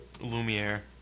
Lumiere